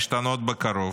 להשתנות בקרוב.